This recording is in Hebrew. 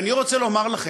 ואני רוצה לומר לכם,